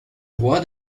roi